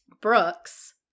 Brooks